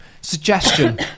Suggestion